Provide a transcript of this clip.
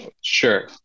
sure